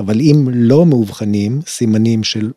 ‫אבל אם לא מאובחנים סימנים של...